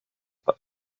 but